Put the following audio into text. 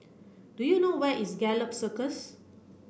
do you know where is Gallop Circus